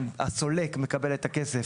הסולק מקבל את הכסף